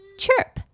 chirp